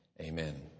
Amen